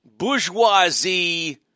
bourgeoisie